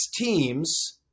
teams